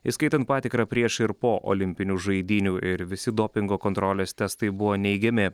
įskaitant patikrą prieš ir po olimpinių žaidynių ir visi dopingo kontrolės testai buvo neigiami